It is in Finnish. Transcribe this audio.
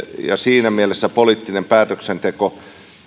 ja siinä mielessä poliittinen päätöksenteko